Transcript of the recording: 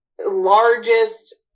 Largest